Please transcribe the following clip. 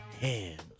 hands